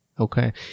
Okay